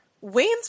wayne's